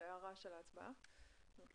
אני